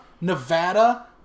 Nevada